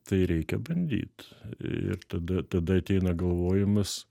tai reikia bandyt ir tada tada ateina galvojimas